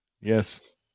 Yes